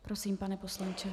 Prosím, pane poslanče.